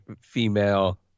female